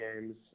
games